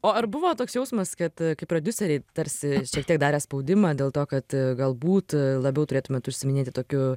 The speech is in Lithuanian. o ar buvo toks jausmas kad kai prodiuseriai tarsi šiek tiek darė spaudimą dėl to kad galbūt labiau turėtumėt užsiiminėti tokiu